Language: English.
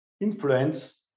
influence